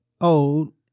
old